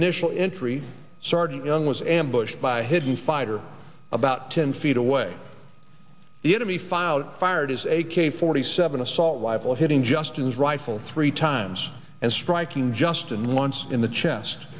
sergeant young was ambushed by hidden fighter about ten feet away the enemy fire out fired is a k forty seven assault rifle hitting justin's rifle three times and striking just and once in the chest